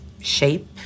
shape